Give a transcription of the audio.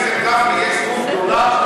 לחבר הכנסת גפני יש זכות גדולה,